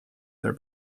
their